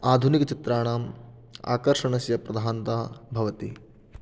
आधुनिकचित्राणाम् आकर्षणस्य प्रधानता भवति